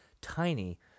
tiny